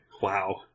Wow